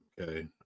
Okay